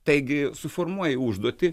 taigi suformuoji užduotį